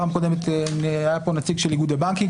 בפעם הקודמת היה פה נציג איגוד הבנקים,